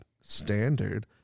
standard